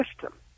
system